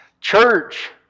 Church